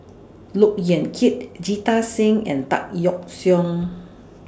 Look Yan Kit Jita Singh and Tan Yeok Seong